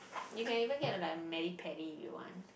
you can even get to like Maddy Paddy if you want